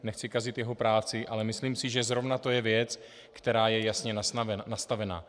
Nechci kazit jeho práci, ale myslím si, že zrovna to je věc, která je jasně nastavena.